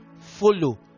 follow